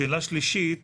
שאלה שלישית